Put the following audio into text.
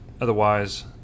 Otherwise